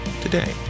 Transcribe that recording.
today